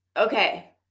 Okay